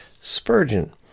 Spurgeon